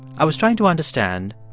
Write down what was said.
i was trying to understand,